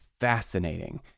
fascinating